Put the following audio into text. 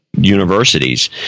universities